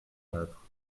œuvre